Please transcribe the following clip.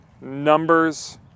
Numbers